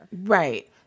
Right